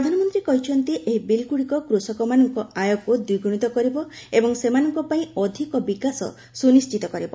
ପ୍ରଧାନମନ୍ତ୍ରୀ କହିଛନ୍ତି ଏହି ବିଲ୍ଗୁଡିକ କୃଷକମାନଙ୍କୁ ଆୟକୁ ଦ୍ୱିଗୁଶିତ କରିବ ଏବଂ ସେମାନଙ୍କ ପାଇଁ ଅଧିକ ବିକାଶ ସୁନିଶ୍ଚିତ କରିବ